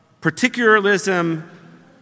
particularism